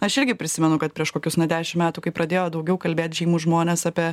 aš irgi prisimenu kad prieš kokius na dešim metų kai pradėjo daugiau kalbėt žymūs žmonės apie